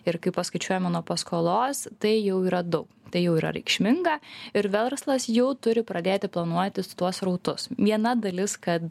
ir kai paskaičiuojame nuo paskolos tai jau yra daug tai jau yra reikšminga ir verslas jau turi pradėti planuotis tuos srautus viena dalis kad